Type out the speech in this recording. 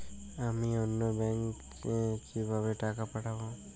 আমি অন্য ব্যাংকে কিভাবে টাকা পাঠাব?